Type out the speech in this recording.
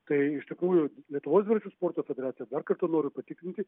tai iš tikrųjų lietuvos dviračių sporto federacija dar kartą noriu patikinti